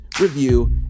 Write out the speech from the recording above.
review